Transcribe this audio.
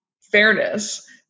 fairness